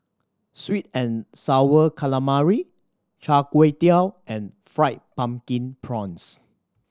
sweet and Sour Calamari Char Kway Teow and Fried Pumpkin Prawns